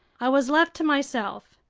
i was left to myself.